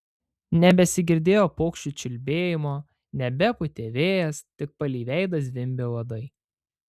nebesigirdėjo paukščių čiulbėjimo nebepūtė vėjas tik palei veidą zvimbė uodai